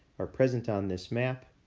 are present on this map.